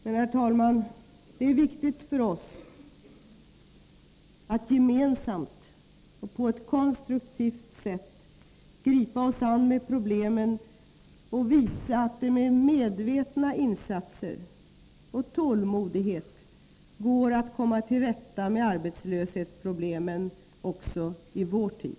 Men det är viktigt för oss att gemensamt och på ett konstruktivt sätt gripa oss an med problemen och visa att det med medvetna insatser och tålmodighet går att komma till rätta med arbetslöshetsproblemen också i vår tid.